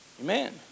Amen